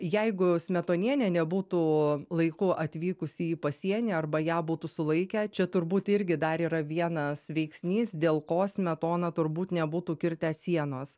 jeigu smetonienė nebūtų laiku atvykusi į pasienį arba ją būtų sulaikę čia turbūt irgi dar yra vienas veiksnys dėl ko smetona turbūt nebūtų kirtęs sienos